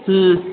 हुँ